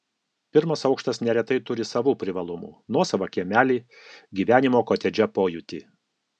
pirmas aukštas neretai turi savų privalumų nuosavą kiemelį gyvenimo kotedže pojūtį